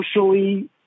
socially